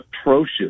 atrocious